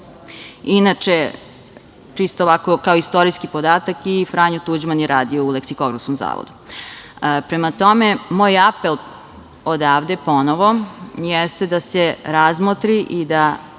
Inače, čisto ovako kao istorijski podatak, i Franjo Tuđman je radio u Leksikografskom zavodu. Prema tome, moj apel odavde ponovo jeste da se razmotri i da